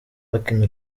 bakina